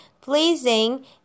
pleasing